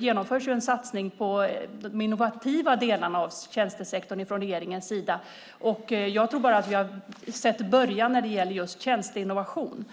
genomför regeringen en satsning på de innovativa delarna av tjänstesektorn. Jag tror att vi bara har sett början när det gäller tjänsteinnovation.